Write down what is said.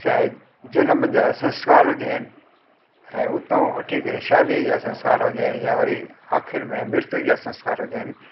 शायदि जनमु जा संस्कार हुजनि ऐं हुतो वठी करे शादीअ जा संस्कार हुजनि या वरी आख़िरि में मृत्यू जा संस्कार हुजनि